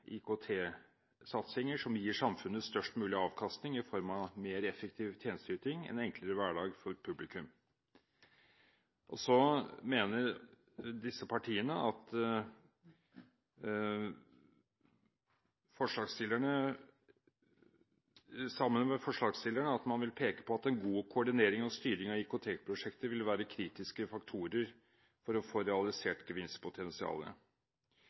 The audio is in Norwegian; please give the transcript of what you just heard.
IKT-satsinger som gir samfunnet størst mulig avkastning i form av mer effektiv tjenesteyting og en enklere hverdag for publikum. Disse partiene, sammen med forslagsstillerne, vil peke på at en god koordinering og styring av IKT-prosjekter vil være kritiske faktorer for å få realisert gevinstpotensialet.